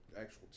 actual